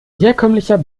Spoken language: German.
herkömmlicher